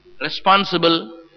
responsible